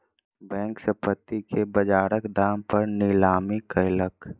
bank, संपत्ति के बजारक दाम पर नीलामी कयलक